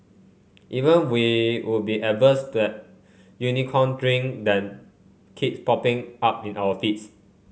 even we would be averse to that Unicorn Drink that keeps popping up in our feeds